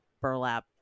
burlap